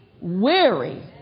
Weary